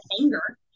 anger